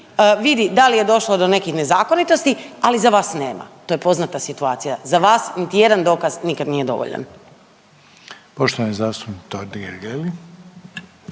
vidi da li došlo do nekih nezakonitosti, ali za vas nema. To je poznata situacija, za vas niti jedan dokaz nikad nije dovoljan. **Reiner, Željko